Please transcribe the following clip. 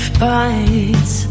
bites